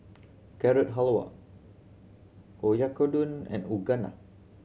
Carrot Halwa Oyakodon and